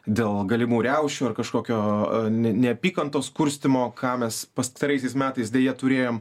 dėl galimų riaušių ar kažkokio neapykantos kurstymo ką mes pastaraisiais metais deja turėjom